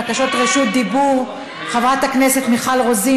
בקשות רשות דיבור: חברת הכנסת מיכל רוזין,